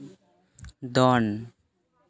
ᱫᱚᱱ